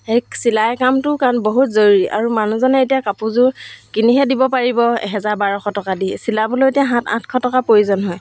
সেই চিলাই কামটো কাৰণ বহুত জৰুৰী আৰু মানুহজনে এতিয়া কাপোৰযোৰ কিনিহে দিব পাৰিব এহেজাৰ বাৰশ টকা দি চিলাবলৈও এতিয়া সাত আঠশ টকা প্ৰয়োজন হয়